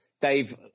Dave